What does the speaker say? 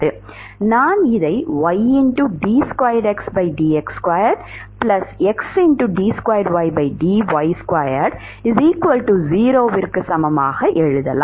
நான் இதைY க்கு சமமாக எழுதலாம்